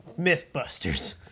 Mythbusters